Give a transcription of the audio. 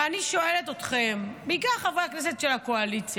ואני שואלת אתכם, בעיקר חברי הכנסת של הקואליציה: